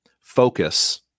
focus